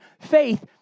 faith